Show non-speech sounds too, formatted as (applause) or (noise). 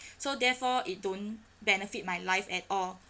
(breath) so therefore it don't benefit my life at all